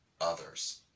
others